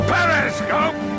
Periscope